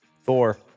Thor